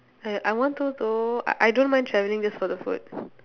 ya I wanted to I I don't mind travelling just for the food